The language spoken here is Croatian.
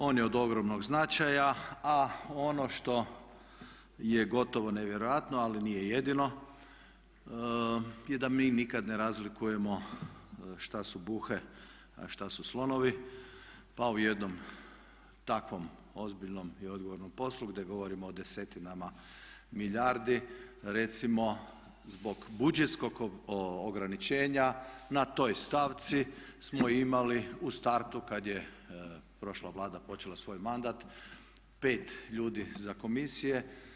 On je ogromnog značaja, a ono što je gotovo nevjerojatno ali nije jedino je da mi nikad ne razlikujemo šta su buhe a šta su slonovi, pa u jednom takvom ozbiljnom i odgovornom poslu gdje govorimo o desetinama milijardi recimo zbog budžetskog ograničenja na toj stavci smo imali u startu kad je prošla Vlada počela svoj mandat 5 ljudi za komisije.